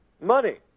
money